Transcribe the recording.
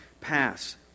pass